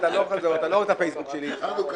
אורי מקלב (יו"ר ועדת המדע והטכנולוגיה):